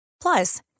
Plus